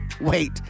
Wait